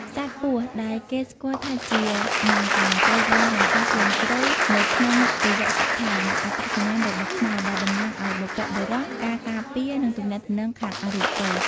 សត្វពស់ដែលគេស្គាល់ថាជា ណាហ្គា ត្រូវបានបង្កប់យ៉ាងជ្រៅនៅក្នុងទេវកថា និងអត្តសញ្ញាណរបស់ខ្មែរ ដែលតំណាងឱ្យបុព្វបុរស ការការពារ និងទំនាក់ទំនងខាងអរូបិយ។